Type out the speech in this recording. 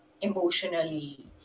Emotionally